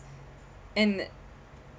and